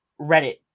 Reddit